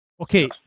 Okay